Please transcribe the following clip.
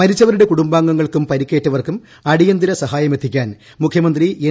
മരിച്ചവരുടെ കുടുംബാർഗ്ഗങ്ങൾക്കും പരിക്കേറ്റവർക്കും അടിയന്തിര സഹായമെത്തിക്കാൻ മുഖ്യമന്ത്രി എൻ